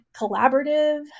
collaborative